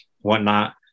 whatnot